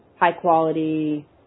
high-quality